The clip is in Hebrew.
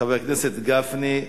חבר הכנסת גפני,